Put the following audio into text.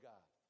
God